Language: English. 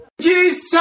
Jesus